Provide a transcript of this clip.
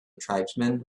tribesman